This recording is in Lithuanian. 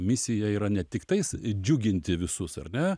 misija yra ne tiktais džiuginti visus ar ne